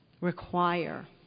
require